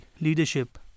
leadership